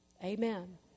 Amen